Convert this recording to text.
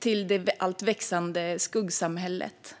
till det växande skuggsamhället.